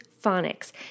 phonics